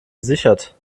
gesichert